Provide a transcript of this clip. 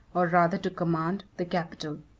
or rather to command, the capital.